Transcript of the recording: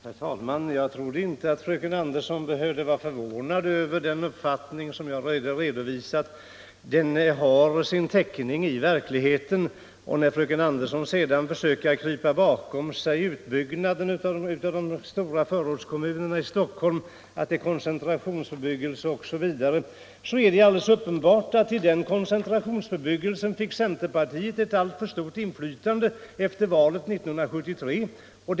Herr talman! Jag trodde inte att fröken Andersson skulle behöva vara förvånad över den uppfattning som jag redovisat. Den har sin täckning i verkligheten. När fröken Andersson i fråga om utbyggnaden av de stora förortskommunerna i Stockholm försöker krypa bakom argumentet att det är fråga om koncentrationsbebyggelse vill jag säga att det är alldeles uppenbart att centerpartiet fick ett alldeles för stort inflytande efter valet 1973 i denna ”koncentrationsbebyggelse”.